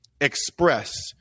Express